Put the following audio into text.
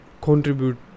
contribute